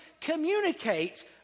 communicate